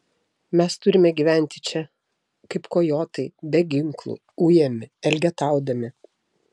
mes turime gyventi čia kaip kojotai be ginklų ujami elgetaudami